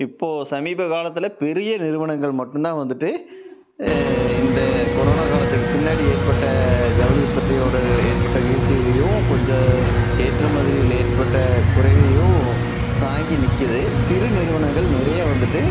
இப்போது சமீப காலத்தில் பெரிய நிறுவனங்கள் மட்டும் தான் வந்துவிட்டு இந்த கொரோனா காலத்துக்கு பின்னாடி ஏற்பட்ட ஜவுளி உற்பத்தியோட ஏற்பட்ட வீழ்ச்சியலியும் கொஞ்சம் ஏற்றுமதியில் ஏற்பட்ட குறைவையும் தாங்கி நிக்குது சிறு நிறுவனங்கள் நிறையா வந்துவிட்டு